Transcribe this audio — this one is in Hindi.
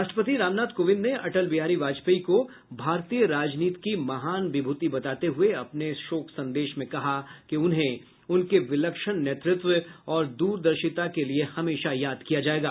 राष्ट्रपति रामनाथ कोविंद ने अटल बिहारी वाजपेयी को भारतीय राजनीति की महान विभूति बताते हुए अपने शोक संदेश में कहा कि उन्हें उनके विलक्षण नेतृत्व और दूरदर्शिता के लिये हमेशा याद किया जायेगा